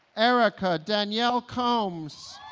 erika danielle combs